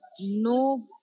no